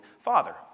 Father